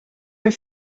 een